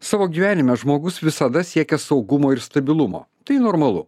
savo gyvenime žmogus visada siekia saugumo ir stabilumo tai normalu